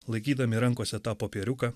laikydami rankose tą popieriuką